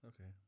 Okay